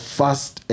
first